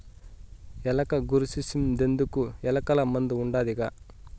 ఎలక గూర్సి సింతెందుకు, ఎలకల మందు ఉండాదిగా